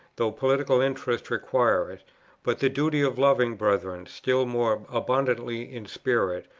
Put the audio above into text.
though political interests require it but the duty of loving brethren still more abundantly in spirit,